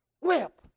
whip